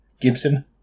Gibson